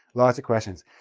lots of questions.